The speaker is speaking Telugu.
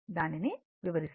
దానిని వివరిస్తాను